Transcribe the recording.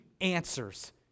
answers